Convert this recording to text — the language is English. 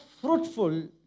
fruitful